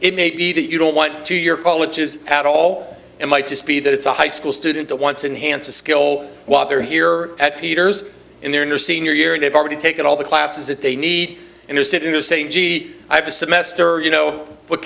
it may be that you don't want two year colleges at all and might just be that it's a high school student a once enhanced skill while they're here at peter's in their senior year and they've already taken all the classes that they need and they're sitting there saying gee i have a semester you know what